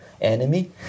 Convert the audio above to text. enemy